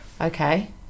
Okay